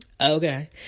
Okay